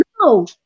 No